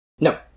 No